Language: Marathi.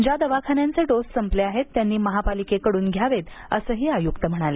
ज्या दवाखान्याचे डोस संपले आहेत त्यांनी महापालिकेकडून घ्यावेत असंही आयुक्त म्हणाले